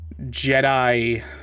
Jedi